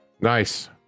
Nice